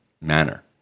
manner